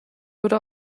würde